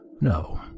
no